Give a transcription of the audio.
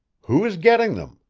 who is getting them?